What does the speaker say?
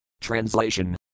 TRANSLATION